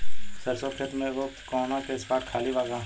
सरसों के खेत में एगो कोना के स्पॉट खाली बा का?